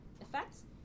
effects